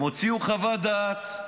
הם הוציאו חוות דעת,